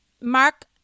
Mark